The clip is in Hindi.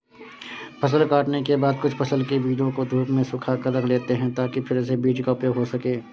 फसल काटने के बाद कुछ फसल के बीजों को धूप में सुखाकर रख लेते हैं ताकि फिर से बीज का उपयोग हो सकें